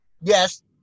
Yes